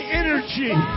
energy